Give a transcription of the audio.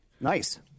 Nice